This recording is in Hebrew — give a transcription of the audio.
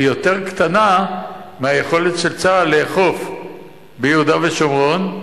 היא יותר קטנה מהיכולת של צה"ל לאכוף ביהודה ושומרון.